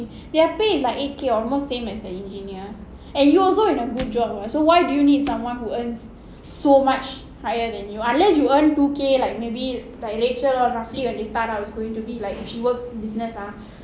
their pay is like eight K almost same as the engineer and you also in a good job [what] so why do you need someone who earns so much higher than you unless you earn two K like maybe like rachel all roughly when they start out going to be like she works business ah